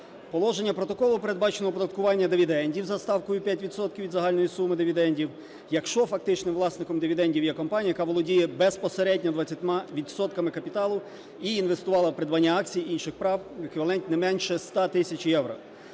Положенням протоколу передбачено оподаткування дивідендів за ставкою 5 відсотків від загальної суми дивідендів, якщо фактичним власником дивідендів є компанія, яка володіє безпосередньо 20 відсотками капіталу і інвестувала в придбання акцій і інших прав в еквіваленті не менше 100 тисяч євро.